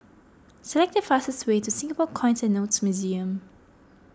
select the fastest way to Singapore Coins and Notes Museum